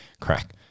crack